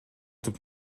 түп